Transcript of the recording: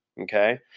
okay